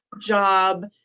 job